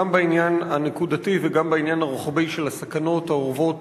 גם בעניין הנקודתי וגם בעניין הרוחבי של הסכנות האורבות